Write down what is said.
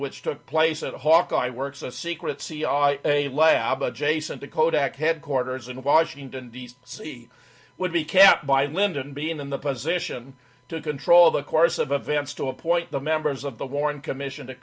which took place at hawkeye works a secret cia lab adjacent to kodak headquarters in washington d c would be kept by lyndon b in the position to control the course of events to appoint the members of the warren commission to